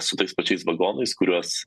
su tais pačiais vagonais kuriuos